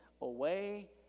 away